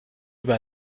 über